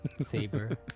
saber